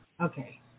Okay